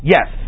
Yes